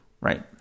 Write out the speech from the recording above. right